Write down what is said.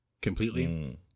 completely